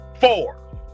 Four